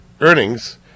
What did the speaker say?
earnings